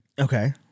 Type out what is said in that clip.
Okay